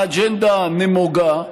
האג'נדה נמוגה,